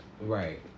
Right